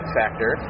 Factor